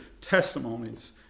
testimonies